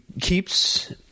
keeps